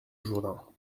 jourdain